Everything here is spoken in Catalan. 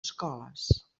escoles